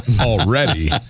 already